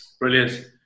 Brilliant